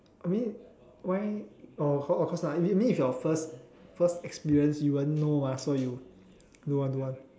I mean why orh of of course not if this is your first first experience you won't know mah so you good one good one